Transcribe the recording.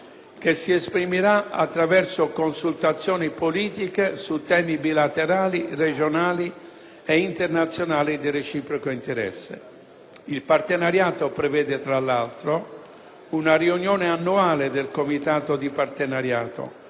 che si esprimerà attraverso consultazioni politiche su temi bilaterali regionali e internazionali di reciproco interesse. Il Partenariato prevede, tra l'altro, una riunione annuale del Comitato di partenariato,